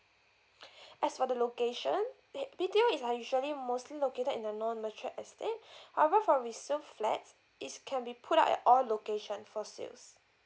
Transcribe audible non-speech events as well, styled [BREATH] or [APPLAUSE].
[BREATH] as for the location H~ B_T_O is are usually mostly located in the non mature estate [BREATH] however for resale flats it's can be put up at all location for sales